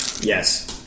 Yes